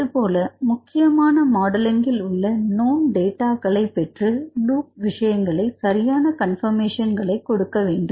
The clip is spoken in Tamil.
அதுபோல முக்கியமான மாடலிங்கில் நாம் Known டேட்டாக்களை பெற்று லூப் விஷயங்களை சரியான கன்பர்மேஷன்களை கொடுக்க வேண்டும்